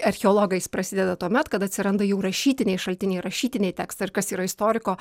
archeologais prasideda tuomet kada atsiranda jau rašytiniai šaltiniai rašytiniai tekstai kas yra istoriko